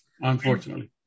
Unfortunately